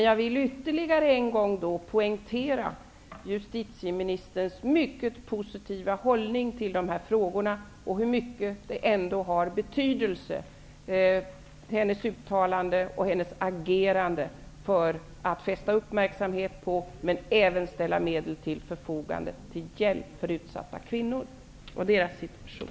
Jag vill dock ytterligare en gång poängtera justitieministerns mycket positiva hållning till dessa saker och vilken betydelse hennes uttalanden och hennes agerande har när det gäller att fästa uppmärksamheten på det här och att ställa medel till förfogande till hjälp för kvinnor i en utsatt situation.